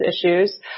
issues